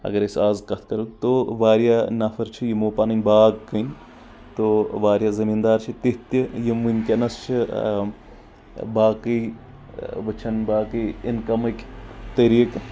اگر أسۍ آز کتھ کرو تو واریاہ نفر چھِ یِمو پنٕنۍ باغ کٕنۍ تو واریاہ زٔمیٖندار چھِ تِتھ تہِ یِم ؤنکیٚس چھِ باقٕے وٕچھان باقٕے اِن کمٕکۍ طٔریٖقہٕ